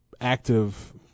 active